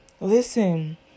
listen